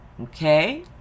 okay